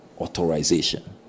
authorization